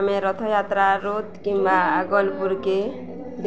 ଆମେ ରଥଯାତ୍ରା ରୋତ୍ କିମ୍ବା ଆଗଲ୍ପୁର୍କେ